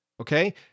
okay